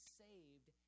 saved